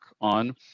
on